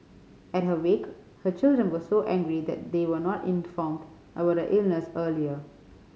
at her wake her children were so angry that they were not informed about her illness earlier